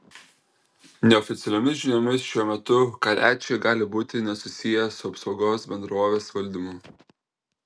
neoficialiomis žiniomis šiuo metu kaliačiai gali būti nesusiję su apsaugos bendrovės valdymu